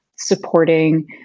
supporting